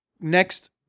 next